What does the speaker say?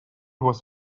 was